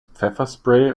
pfefferspray